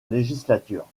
législature